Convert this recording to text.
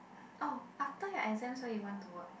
oh after your exams where you want to work